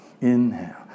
inhale